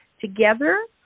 together